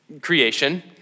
creation